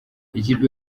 ikipe